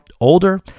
older